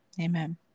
Amen